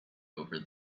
over